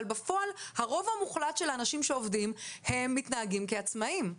בפועל הרוב המוחלט של האנשים שעובדים הם מתנהגים כעצמאים.